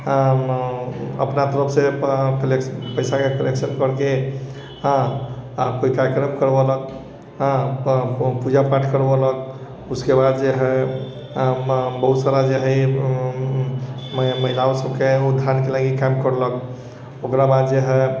अपना तरफ से कलेक्शन पैसा के कलेक्शन करके हँ कोइ कार्यक्रम करबेलक हँ पूजा पाठ करबेलक उसके बाद जे है बहुत सारा जे है महिलाओं सबके उद्धार के लागी काम करलक ओकरा बाद जे है